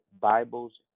Bibles